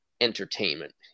entertainment